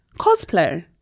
Cosplay